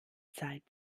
zeit